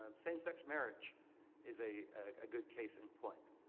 um same sex marriage is a ah good case and point.